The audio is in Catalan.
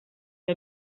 que